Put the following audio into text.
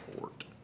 court